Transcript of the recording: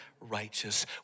righteous